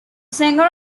singer